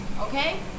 okay